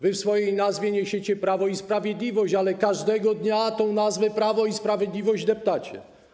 Wy w swojej nazwie niesiecie prawo i sprawiedliwość, ale każdego dnia tę nazwę „Prawo i Sprawiedliwość” depczecie.